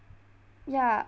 ya